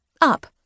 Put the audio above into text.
Up